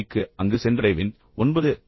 30 மணிக்கு அங்கு சென்றடைவேன் மற்றும் 9